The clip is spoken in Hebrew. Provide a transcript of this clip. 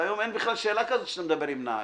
והיום אין בכלל שאלה כזו כשאתה מדבר עם נהג.